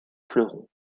fleurons